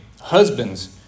husbands